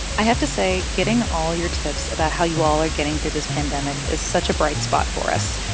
i have to say, getting all your tips about how you all are getting through this pandemic is such a bright spot for us,